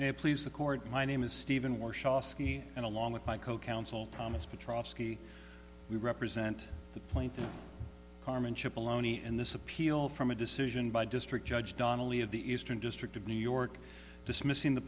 york please the court my name is steven warshaw ski and along with my co counsel thomas petrofsky we represent the plaintiff carmen chip aloni and this appeal from a decision by district judge donnelly of the eastern district of new york dismissing the